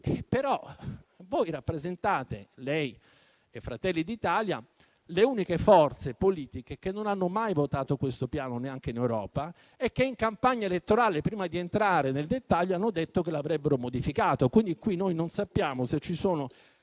però voi - lei e Fratelli d'Italia - rappresentate le uniche forze politiche che non hanno mai votato a favore di questo Piano, neanche in Europa, e che in campagna elettorale, prima di entrare nel dettaglio, hanno detto che l'avrebbero modificato. Quindi noi non sappiamo se ci sono